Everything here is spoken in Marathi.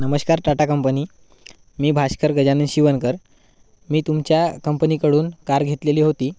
नमस्कार टाटा कंपनी मी भाष्कर गजानन शिवनकर मी तुमच्या कंपनीकडून कार घेतलेली होती